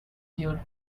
your